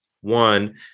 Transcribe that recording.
One